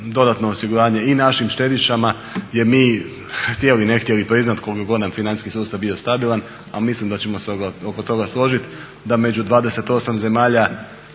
dodatno osiguranje i našim štedišama jer mi htjeli-ne htjeli priznat koliko god nam financijski sustav bio stabilan ali mislim da ćemo se oko toga složit da među 28 zemalja